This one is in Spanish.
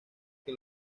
que